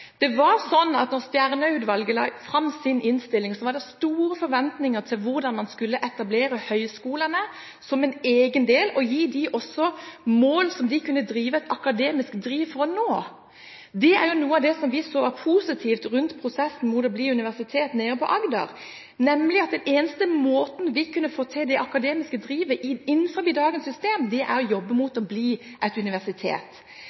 innstilling, var det store forventninger til hvordan man skulle etablere høyskolene som en egen del og gi dem også mål som de kunne ha et akademisk driv for å nå. Det er noe av det som vi så var positivt rundt prosessen mot at det ble universitet nede i Agder, nemlig at den eneste måten vi kunne få til det akademiske drivet på innenfor dagens system, var å jobbe